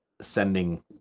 sending